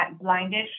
Blindish